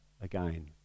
again